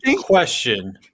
question